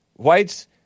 Whites